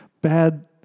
bad